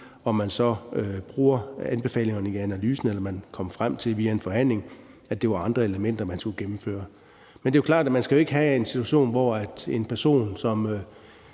om man så bruger anbefalingerne i analysen eller man kommer frem til via en forhandling, at det var andre elementer, man skulle gennemføre. Men det er klart, at man jo ikke skal have en situation, hvor en person, som